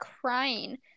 crying